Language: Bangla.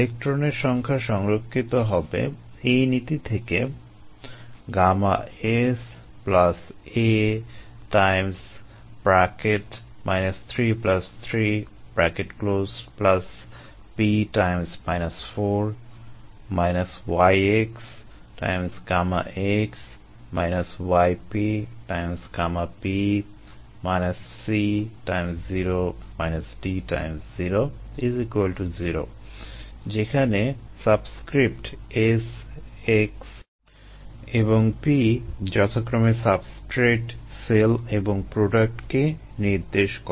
ইলেক্ট্রনের সংখ্যা সংরক্ষিত হবে এই নীতি থেকে Γs a 0 যেখানে সাবস্ক্রিপ্ট s x এবং p যথাক্রমে সাবস্ট্রেট সেল এবং প্রোডাক্টকে নির্দেশ করে